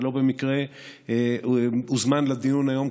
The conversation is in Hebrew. ולא במקרה הוזמן לדיון היום,